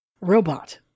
robot